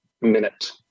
minute